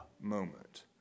moment